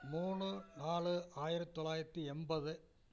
மூணு நாலு ஆயிரத்தி தொள்ளாயிரத்தி எண்பது